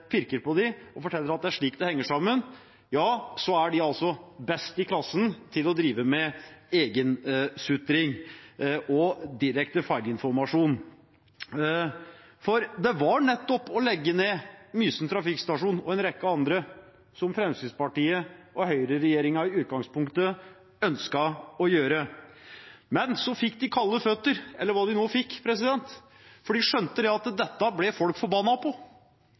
pirker på dem og forteller at det er slik det henger sammen, er de best i klassen til å drive med egen sutring og direkte feilinformasjon. For det var nettopp å legge ned Mysen trafikkstasjon og en rekke andre Fremskrittspartiet og høyreregjeringen i utgangspunktet ønsket å gjøre. Men så fikk de kalde føtter, eller hva de nå fikk, for de skjønte at dette ble folk forbanna på.